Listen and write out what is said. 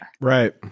Right